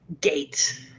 gate